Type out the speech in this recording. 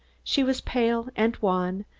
she was pale and wan,